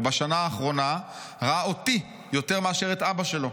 ובשנה האחרונה ראה אותי יותר מאשר את אבא שלו.